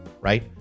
Right